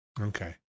Okay